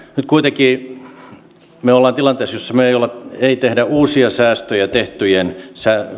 nyt me olemme kuitenkin tilanteessa jossa me emme tee uusia säästöjä tehtyjen